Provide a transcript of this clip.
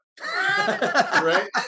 Right